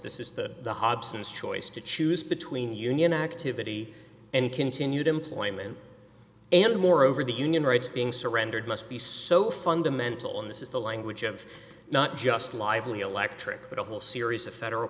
this is the hobson's choice to choose between union activity and continued employment and moreover the union rights being surrendered must be so fundamental and this is the language of not just lively electric but a whole series of federal